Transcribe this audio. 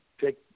take